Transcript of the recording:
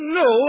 no